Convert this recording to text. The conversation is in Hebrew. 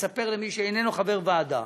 לספר למי שאיננו חבר ועדה